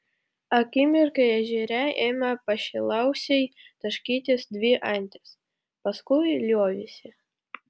akimirkai ežere ėmė pašėlusiai taškytis dvi antys paskui liovėsi